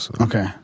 Okay